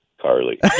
Carly